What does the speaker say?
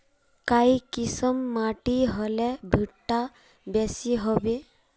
काई किसम माटी होले भुट्टा बेसी होबे?